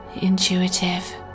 intuitive